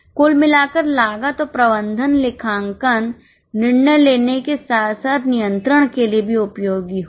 कुल मिलाकर लागत और प्रबंधन लेखांकन निर्णय लेने के साथ साथ नियंत्रण के लिए भी उपयोगी होगा